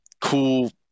cool